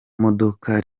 modoka